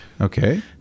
Okay